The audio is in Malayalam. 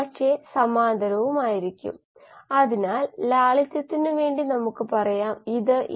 അതിനാൽ ചില അർത്ഥത്തിൽ നമുക്ക് കോശത്തിന്റെ ഊർജ്ജ നില കോശത്തിനുള്ളിലെ പിഎച്ച് നിലയുമായി ബന്ധിപ്പിക്കാൻ കഴിയും